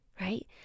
right